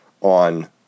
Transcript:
on